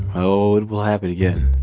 oh, it will happen again,